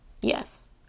Yes